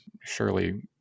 surely